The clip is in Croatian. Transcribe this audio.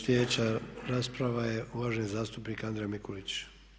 Sljedeća rasprava je uvaženi zastupnik Andrija Mikulić.